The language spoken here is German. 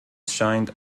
scheint